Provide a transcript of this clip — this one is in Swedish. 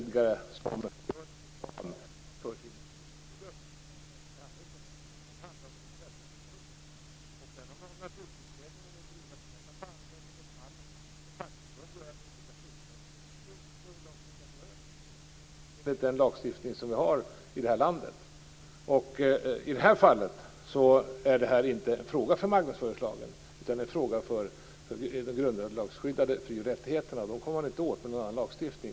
Det handlar ju inte om det utan om en intresseorganisation. Om Naturskyddsföreningen eller fackföreningen Metall vill driva kampanjer i olika syften står det dem fritt att göra det, enligt detta lands lagstiftning. Det här fallet är inte en fråga för marknadsföringslagen utan för de grundlagsskyddade fri och rättigheterna. De kommer man inte åt med någon annan lagstiftning.